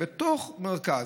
אלא בתוך המרכז,